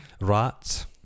Rats